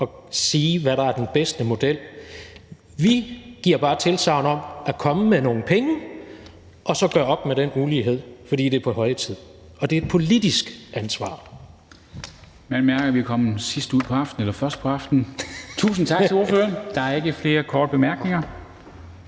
og sige, hvad der er den bedste model. Vi giver bare tilsagn om at komme med nogle penge og så gøre op med den ulighed, fordi det er på høje tid. Og det er et politisk ansvar. Kl. 19:50 Formanden (Henrik Dam Kristensen): Man mærker, at vi er kommet lidt hen på aftenen. Tusind tak til ordføreren. Der er ikke flere korte bemærkninger.